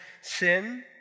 sin